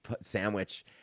sandwich